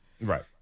right